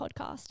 podcast